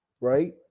Right